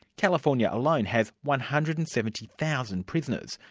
california alone has one hundred and seventy thousand prisoners,